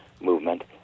movement